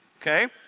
Okay